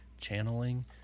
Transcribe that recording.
channeling